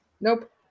Nope